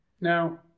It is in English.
Now